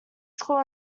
school